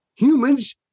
Humans